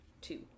two